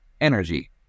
energy